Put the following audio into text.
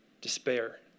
despair